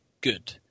good